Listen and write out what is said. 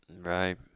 Right